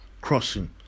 crossing